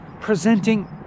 presenting